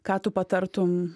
ką tu patartum